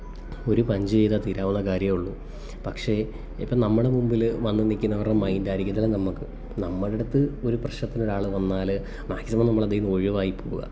ഒരു പഞ്ച് ചെയ്താൽ തീരാകുന്ന കാര്യമേ ഉള്ളൂ പക്ഷെ ഇപ്പം നമ്മുടെ മുൻപിൽ വന്നു നില്കുന്നവരുടെ മൈൻറ്റായിരിക്കത്തില്ല നമുക്ക് നമ്മുടെ അടുത്ത് ഒരു പ്രശ്നത്തിനൊരാൾ വന്നാൽ മാക്സിമം നമ്മളതീന്നൊഴിവായിപ്പോകുക